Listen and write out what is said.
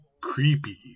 creepy